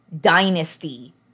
dynasty